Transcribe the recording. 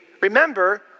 remember